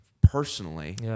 personally